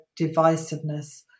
divisiveness